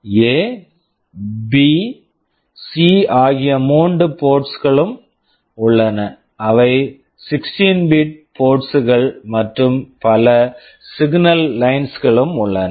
A A B B C C ஆகிய மூன்று ports ports களும் உள்ளன அவை 16 பிட் போர்ட்ஸ் 16 bit ports கள் மற்றும் பல சிக்னல் லைன்ஸ் signal lines களும் உள்ளன